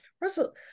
Russell